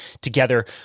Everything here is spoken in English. together